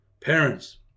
Parents